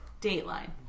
Dateline